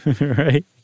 right